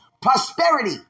prosperity